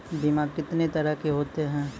बीमा कितने तरह के होते हैं?